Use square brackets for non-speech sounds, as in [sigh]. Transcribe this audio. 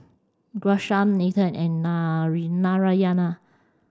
Ghanshyam Nathan and [unintelligible] Narayana